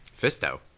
Fisto